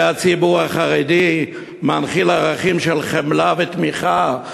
כי הציבור החרדי מנחיל ערכים של חמלה ותמיכה,